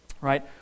right